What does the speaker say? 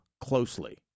closely